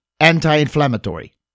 anti-inflammatory